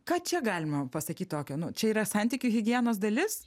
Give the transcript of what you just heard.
ką čia galima pasakyt tokiu nu čia yra santykių higienos dalis